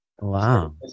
wow